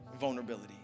vulnerability